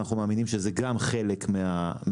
אנחנו מאמינים שזה גם חלק מהפתרון.